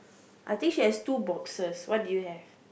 I think she has two boxes what do you have